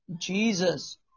Jesus